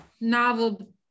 novel